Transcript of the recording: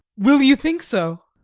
will you think so?